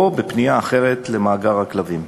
או בפנייה אחרת למאגר הכלבים.